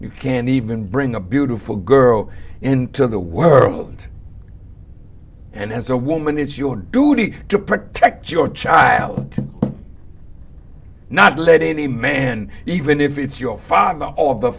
you can even bring a beautiful girl into the world and as a woman it's your duty to protect your child not let any man even if it's your father or the